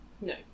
no